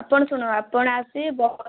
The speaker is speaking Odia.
ଆପଣ ଶୁଣ ଆପଣ ଆସିବେ